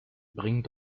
bring